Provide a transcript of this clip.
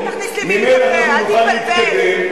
ממילא אנחנו לא נוכל להתקדם,